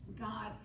god